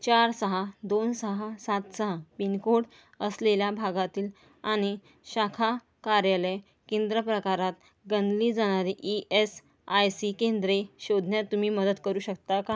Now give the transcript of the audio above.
चार सहा दोन सहा सात सहा पिनकोड असलेल्या भागातील आणि शाखा कार्यालय केंद्र प्रकारात गणली जाणारी ई एस आय सी केंद्रे शोधण्यात तुम्ही मदत करू शकता का